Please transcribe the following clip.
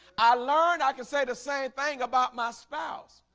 i learned i can say the same thing about my spouse.